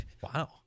Wow